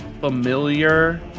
familiar